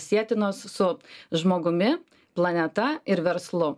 sietinos su žmogumi planeta ir verslu